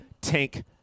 tank